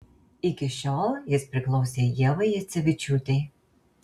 iki šiol jis priklausė ievai jacevičiūtei